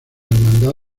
hermandad